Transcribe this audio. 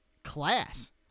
Class